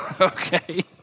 okay